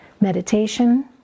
Meditation